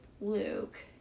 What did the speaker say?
Luke